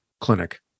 clinic